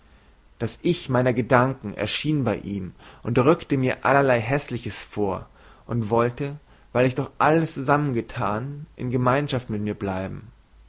das ich meiner gedanken erschien bei ihm und rückte mir allerlei häßliches vor und wollte weil wir doch alles zusammen getan in gemeinschaft mit mir bleiben